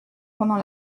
pendant